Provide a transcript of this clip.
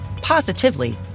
positively